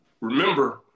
remember